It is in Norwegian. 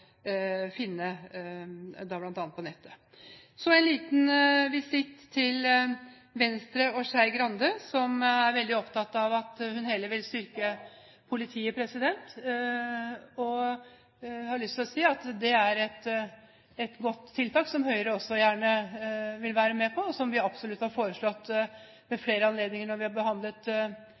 finne, bl.a. på nettet. Så en liten visitt til Venstre og Skei Grande, som er veldig opptatt av at hun heller vil styrke politiet. Jeg har lyst til å si at det er et godt tiltak som Høyre også gjerne vil være med på, og som vi absolutt har foreslått ved flere anledninger når vi har behandlet